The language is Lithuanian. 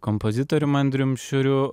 kompozitorium andrium šiuriu